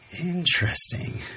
Interesting